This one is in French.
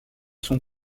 sont